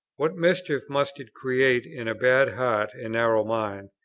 what mischief must it create in a bad heart and narrow mind,